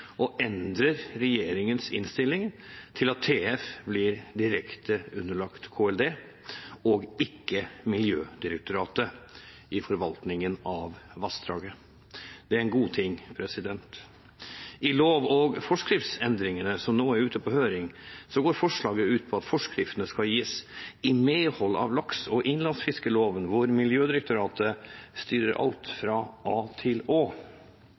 og endrer regjeringens innstilling til at TF blir direkte underlagt Klima- og miljødepartementet – ikke Miljødirektoratet – i forvaltningen av vassdraget. Det er en god ting. I lov- og forskriftsendringene som nå er ute på høring, går forslaget ut på at forskriftene skal gis i medhold av lakse- og innlandsfiskloven, hvor Miljødirektoratet styrer alt fra a til